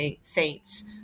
saints